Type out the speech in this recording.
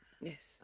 Yes